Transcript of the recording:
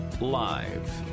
Live